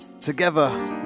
together